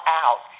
out